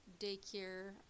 daycare